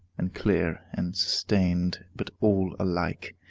and clear, and sustained, but all alike.